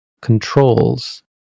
controls